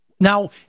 Now